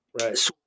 Right